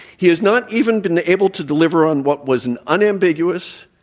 he has not even been able to deliver on what was an unambiguous,